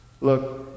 Look